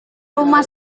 rumah